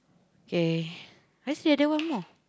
okay I see at there one more